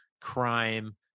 crime